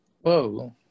Whoa